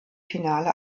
finale